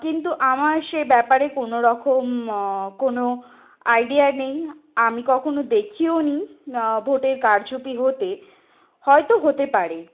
কিন্তু আমার সে ব্যাপারে কোনো রকম কোনো আইডিয়া নেই আমি কখনো দেখিও নি ভোটের কারচুপি হতে হয়তো হতে পারে